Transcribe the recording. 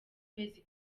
kwezi